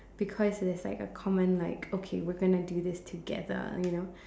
because it's like a common like okay we are going to do this together you know